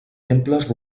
temples